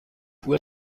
uhr